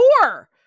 four